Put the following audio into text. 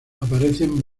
aparecen